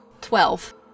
twelve